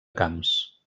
camps